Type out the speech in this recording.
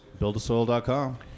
Buildasoil.com